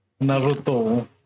Naruto